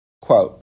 Quote